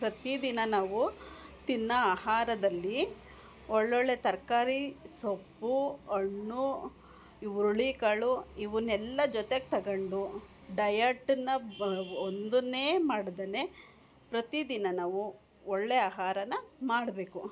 ಪ್ರತಿ ದಿನ ನಾವು ತಿನ್ನೋ ಆಹಾರದಲ್ಲಿ ಒಳ್ಳೊಳ್ಳೆ ತರಕಾರಿ ಸೊಪ್ಪು ಹಣ್ಣು ಈ ಹುರುಳಿ ಕಾಳು ಇವುನ್ನೆಲ್ಲ ಜೊತೆಗೆ ತಗೊಂಡು ಡಯಟನ್ನು ಒಂದನ್ನೇ ಮಾಡದೇನೆ ಪ್ರತಿದಿನ ನಾವು ಒಳ್ಳೆಯ ಆಹಾರನ ಮಾಡಬೇಕು